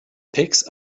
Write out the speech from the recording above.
picks